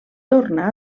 torna